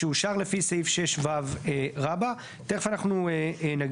שאושר לפי סעיף 6ו;"; תכף אנחנו נגיע